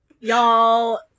Y'all